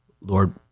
Lord